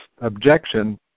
objection